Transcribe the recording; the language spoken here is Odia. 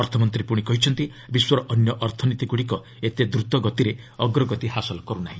ଅର୍ଥମନ୍ତ୍ରୀ ପୁଣି କହିଛନ୍ତି ବିଶ୍ୱର ଅନ୍ୟ ଅର୍ଥନୀତିଗୁଡ଼ିକ ଏତେ ଦ୍ରତଗତିରେ ଅଗ୍ରଗତି ହାସଲ କରୁ ନାହିଁ